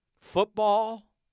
football